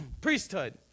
priesthood